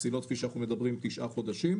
פסילות כפי שאנחנו מדברים של תשעה חודשים,